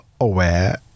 aware